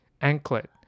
anklet